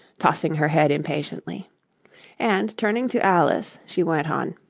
tossing her head impatiently and, turning to alice, she went on,